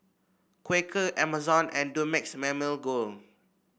Quaker Amazon and Dumex Mamil Gold